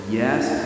yes